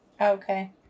Okay